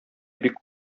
бик